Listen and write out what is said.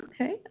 Okay